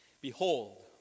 Behold